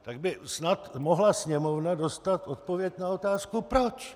Tak by snad mohla Sněmovna dostat odpověď na otázku proč.